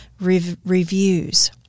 reviews